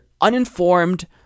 uninformed